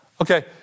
Okay